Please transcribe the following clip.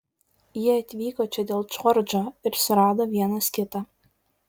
jie atvyko čia dėl džordžo ir surado vienas kitą